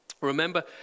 Remember